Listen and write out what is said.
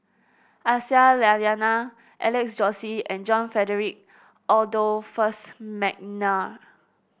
Aisyah Lyana Alex Josey and John Frederick Adolphus McNair